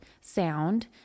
sound